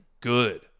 good